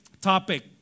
topic